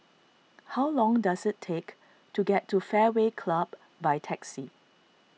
how long does it take to get to Fairway Club by taxi